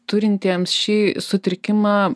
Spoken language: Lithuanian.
turintiems šį sutrikimą